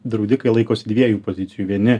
draudikai laikosi dviejų pozicijų vieni